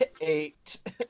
Eight